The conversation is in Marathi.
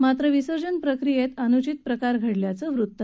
मात्र विसर्जन प्रक्रीयेत अनुचित प्रकार घडल्याचं वृत्त नाही